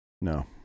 No